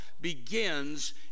begins